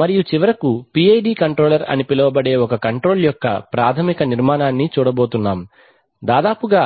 మరియు చివరకు PID controller అని పిలువబడే ఒక కంట్రోల్ యొక్క ప్రాథమిక నిర్మాణాన్ని చూడబోతున్నాం దాదాపుగా